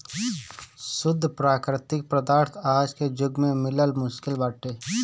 शुद्ध प्राकृतिक पदार्थ आज के जुग में मिलल मुश्किल बाटे